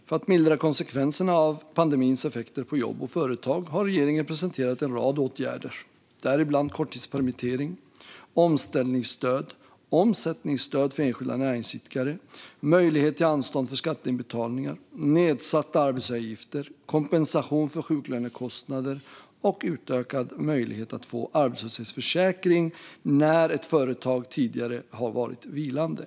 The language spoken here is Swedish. För att mildra konsekvenserna av pandemins effekter på jobb och företag har regeringen presenterat en rad åtgärder: korttidspermittering, omställningsstöd, omsättningsstöd för enskilda näringsidkare, möjlighet till anstånd för skatteinbetalningar, nedsatta arbetsgivaravgifter, kompensation för sjuklönekostnader och utökad möjlighet att få arbetslöshetsersättning när ett företag tidigare har varit vilande.